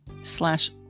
slash